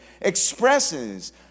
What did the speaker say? expresses